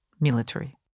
military